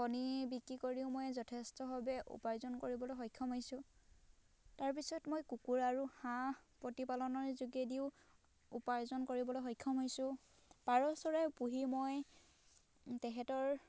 কণী বিক্ৰী কৰিও মই যথেষ্টভাৱে উপাৰ্জন কৰিবলৈ সক্ষম হৈছোঁ তাৰ পিছত মই কুকুৰা আৰু হাঁহ প্ৰতিপালনৰ যোগেদিও উপাৰ্জন কৰিবলৈ সক্ষম হৈছোঁ পাৰ চৰাই পুহি মই তেহেঁতৰ